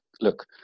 look